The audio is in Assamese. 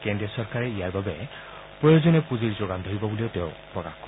কেন্দ্ৰীয় চৰকাৰে ইয়াৰ বাবে প্ৰয়োজনীয় পূজিৰ যোগান ধৰিব বুলিও তেওঁ প্ৰকাশ কৰে